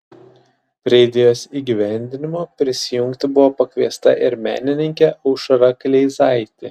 prie idėjos įgyvendinimo prisijungti buvo pakviesta ir menininkė aušra kleizaitė